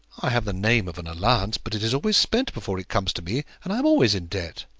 i have the name of an allowance, but it is always spent before it comes to me, and i am always in debt.